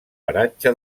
paratge